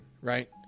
right